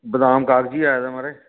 बदाम कागजी आए दा महारज